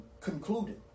concluded